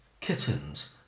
kittens